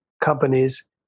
companies